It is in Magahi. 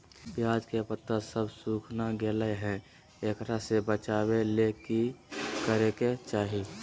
प्याज के पत्ता सब सुखना गेलै हैं, एकरा से बचाबे ले की करेके चाही?